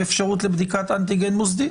אין אפשרות לבדיקת אנטיגן מוסדית.